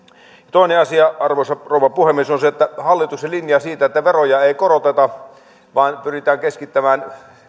toinen asia arvoisa rouva puhemies on hallituksen linja siitä että veroja ei koroteta vaan pyritään keskittämään